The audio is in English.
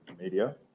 media